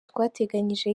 twateganyije